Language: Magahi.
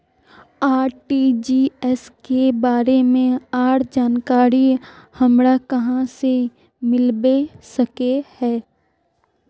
आर.टी.जी.एस के बारे में आर जानकारी हमरा कहाँ से मिलबे सके है?